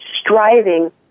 striving